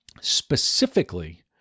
specifically